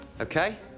Okay